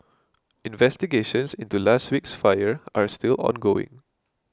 investigations into last week's fire are still ongoing